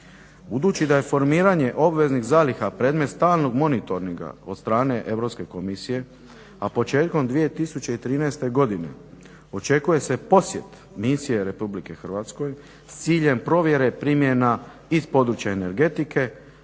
Budući da je formiranje obveznih zaliha predmet stalnog monitoringa od strane Europske komisije, a početkom 2013. godine očekuje se posjet misije Republike Hrvatske s ciljem provjere primjena iz područja energetike